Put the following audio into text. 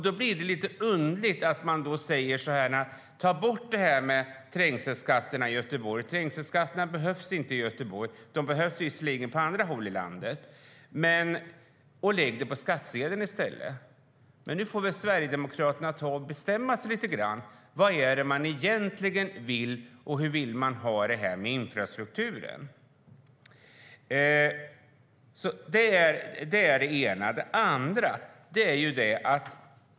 Då blir det lite underligt att de säger att trängselskatten i Göteborg ska tas bort och att den inte behövs - den behövs visserligen på andra håll i landet - och att detta i stället ska finansieras via skattsedeln. Jag vill ta upp en annan sak.